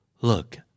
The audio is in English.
Look